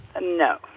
No